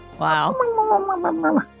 Wow